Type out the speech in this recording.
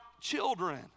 children